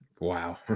Wow